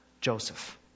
Joseph